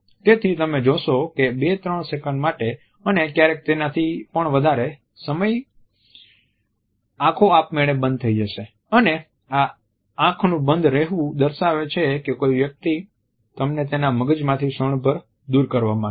તેથી તમે જોશો કે બે ત્રણ સેકંડ માટે અને ક્યારેક તેનાથી પણ વધારે સમય આંખો આપમેળે બંધ થઈ જશે અને આ આંખનું બંધ રહેવું દર્શાવે છે કે કોઈ વ્યક્તિ તમને તેના મગજમાંથી ક્ષણભર દૂર કરવા માંગે છે